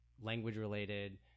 language-related